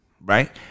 right